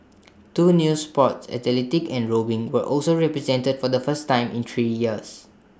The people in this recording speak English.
two new sports athletics and rowing were also represented for the first time in three years